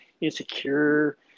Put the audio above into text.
insecure